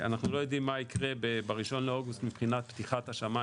אנחנו לא יודעים מה יקרה ב-1 לאוגוסט מבחינת פתיחת השמיים